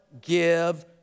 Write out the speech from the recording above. give